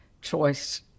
choice